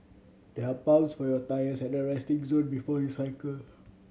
there are pumps for your tyres at the resting zone before you cycle